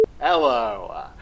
Hello